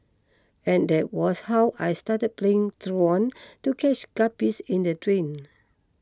and that was how I started playing truant to catch guppies in the drain